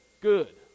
Good